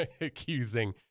accusing